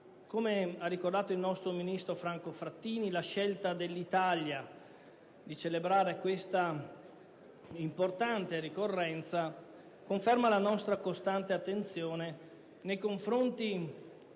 Come ha ricordato il nostro ministro Franco Frattini, la scelta dell'Italia di celebrare questa importante ricorrenza conferma la nostra costante attenzione nei confronti